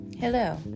Hello